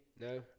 No